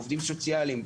עובדים סוציאליים,